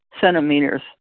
centimeters